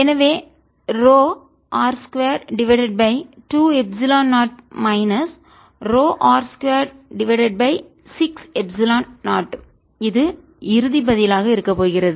எனவே ρ R 2 divided by 2எப்சிலன் 0 minus ρ r 2 divided by 6எப்சிலன் 0 இது இறுதி பதிலாக இருக்க போகிறது